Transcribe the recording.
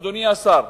אדוני השר.